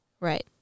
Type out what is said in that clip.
Right